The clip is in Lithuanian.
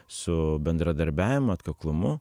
su bendradarbiavimu atkaklumu